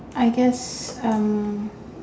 I guess um